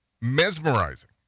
mesmerizing